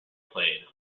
played